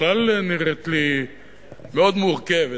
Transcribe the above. בכלל נראה לי מאוד מורכב.